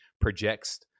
projects